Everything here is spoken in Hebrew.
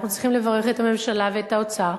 אנחנו צריכים לברך את הממשלה ואת האוצר,